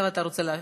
עכשיו אתה רוצה,